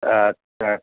আচ্ছা